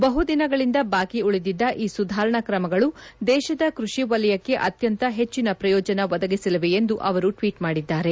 ಬಹು ದಿನಗಳಿಂದ ಬಾಕಿ ಉಳಿದಿದ್ದ ಈ ಸುಧಾರಣಾ ಕ್ರಮಗಳು ದೇಶದ ಕೃಷಿ ವಲಯಕ್ತೆ ಅತ್ಯಂತ ಹೆಚ್ಚಿನ ಪ್ರಯೋಜನ ಒದಗಿಸಲಿವೆ ಎಂದು ಅವರು ಟ್ಷೀಟ್ ಮಾಡಿದ್ದಾರೆ